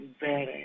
better